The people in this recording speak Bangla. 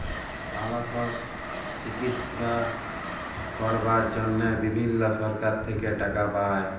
মালসর চিকিশসা ক্যরবার জনহে বিভিল্ল্য সরকার থেক্যে টাকা পায়